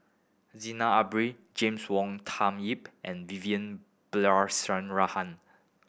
Zainal Abidin James Wong Tuck Yim and Vivian Balakrishnan